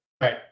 right